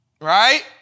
Right